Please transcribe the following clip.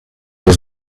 was